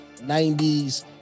90s